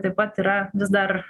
taip pat yra vis dar